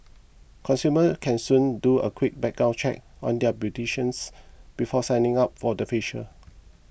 consumers can soon do a quick background check on their beautician before signing up for a facial